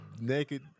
naked